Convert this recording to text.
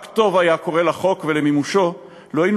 רק טוב היה קורה לחוק ולמימושו לו היינו